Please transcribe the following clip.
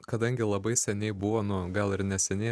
kadangi labai seniai buvo nu gal ir neseniai